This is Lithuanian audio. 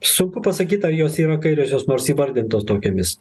sunku pasakyti ar jos yra kairiosios nors įvardintos tokiomis